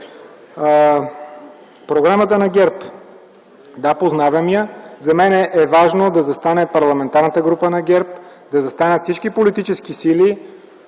Програмата на ГЕРБ. Да, познавам я. За мен е важно да застане Парламентарната група на ГЕРБ, да застанат всички политически сили